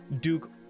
Duke